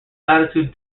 attitude